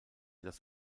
das